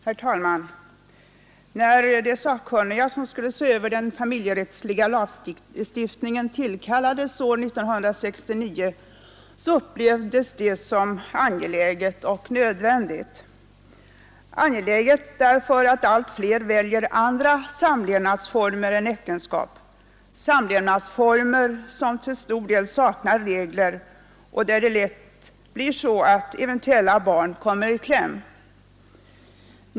Herr talman! När de sakkunniga som skulle se över den familjerättsliga lagstiftningen tillkallades 1969, upplevdes det som angeläget och nödvändigt, angeläget därför att allt fler väljer andra samlevnadsformer än äktenskap, samlevnadsformer som till stor del saknar regler och där det lätt blir så att eventuella barn kommer i kläm.